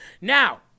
Now